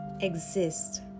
exist